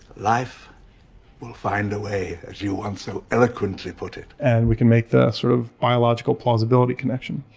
life will find a way, as you once so eloquently put it and we can make that sort of biological plausibility connection.